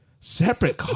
Separate